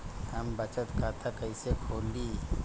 हम बचत खाता कईसे खोली?